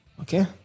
Okay